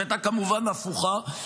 שהייתה כמובן הפוכה.